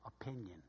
Opinion